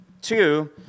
Two